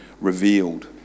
revealed